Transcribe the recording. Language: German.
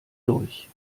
durch